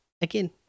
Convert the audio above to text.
again